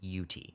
UT